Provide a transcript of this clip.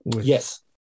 yes